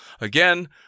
Again